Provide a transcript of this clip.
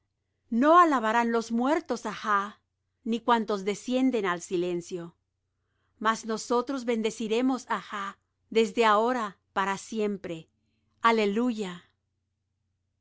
no alabarán los muertos á jah ni cuantos descienden al silencio mas nosotros bendeciremos á jah desde ahora para siempre aleluya